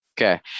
Okay